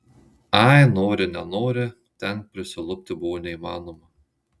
ai nori nenori ten prisilupti buvo neįmanoma